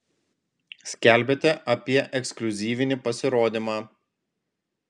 skelbiate apie ekskliuzyvinį pasirodymą